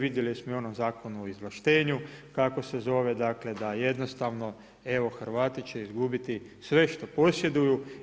Vidjeli smo i u onom Zakonu o izvlaštenju kako se zove, dakle da jednostavno evo Hrvati će izgubiti sve što posjeduju.